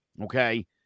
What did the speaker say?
Okay